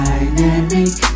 Dynamic